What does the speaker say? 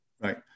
Right